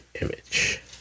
Image